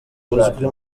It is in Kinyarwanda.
uzwi